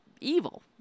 evil